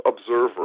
observer